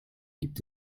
gibt